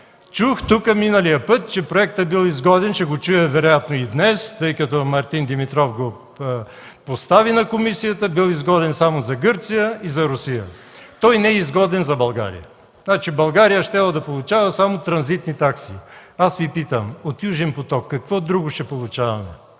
Чух тук миналия път, че проектът бил изгоден, ще го чуя вероятно и днес, тъй като Мартин Димитров го постави на комисията, бил изгоден само за Гърция и за Русия. Той не е изгоден за България. Значи, България щяла да получава само транзитни такси. Аз Ви питам от „Южен поток” какво друго ще получаваме,